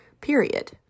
Period